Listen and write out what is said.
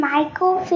Michael